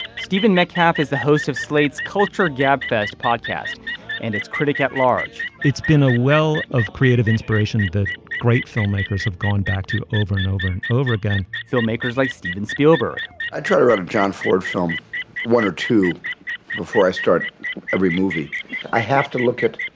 steven metcalf is the host of slate's culture gabfest podcast and its critic at large. it's been a well of creative inspiration that great filmmakers have gone back to over and over and over again filmmakers like steven spielberg try to run a john ford film one or two before i start every movie i have to look at.